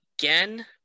again